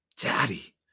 Daddy